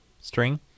string